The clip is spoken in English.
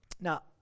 Now